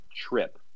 trip